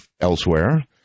elsewhere